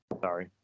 Sorry